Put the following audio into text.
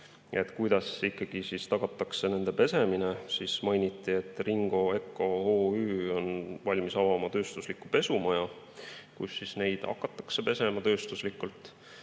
siis ikkagi tagatakse nende pesemine. Mainiti, et Ringo Eco OÜ on valmis avama tööstusliku pesumaja, kus neid hakataks tööstuslikult